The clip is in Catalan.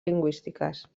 lingüístiques